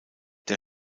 der